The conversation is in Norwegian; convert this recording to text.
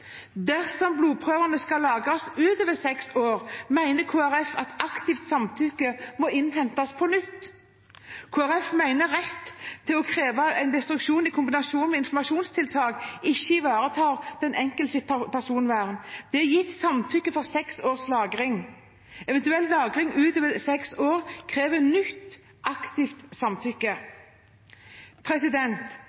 Dersom blodprøvene skal lagres ut over seks år, mener Kristelig Folkeparti at aktivt samtykke må innhentes på nytt. Kristelig Folkeparti mener at rett til å kreve destruksjon i kombinasjon med informasjonstiltak ikke ivaretar den enkeltes personvern. Det er gitt samtykke for seks års lagring. Eventuell lagring ut over seks år krever nytt aktivt samtykke.